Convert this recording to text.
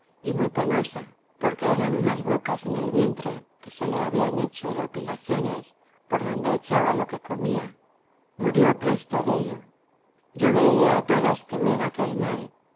y muy penosa porque eran unas bocas en el vientre que se le habían hecho de opilaciones por donde echaba lo que comía murió presto dello yo veía a todas temer aquel mal